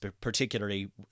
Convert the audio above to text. particularly